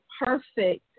perfect